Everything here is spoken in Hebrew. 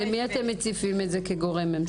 למי אתם מציפים את זה כגורם ממשלתי?